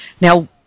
Now